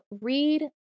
read